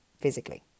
physically